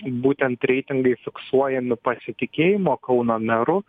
būtent reitingai fiksuojami pasitikėjimo kauno meru